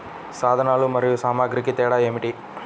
సాధనాలు మరియు సామాగ్రికి తేడా ఏమిటి?